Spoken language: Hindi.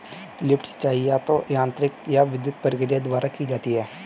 लिफ्ट सिंचाई या तो यांत्रिक या विद्युत प्रक्रिया द्वारा की जाती है